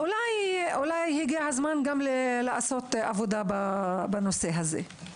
אולי הגיע הזמן לעשות גם עבודה בנושא הזה.